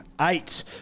Eight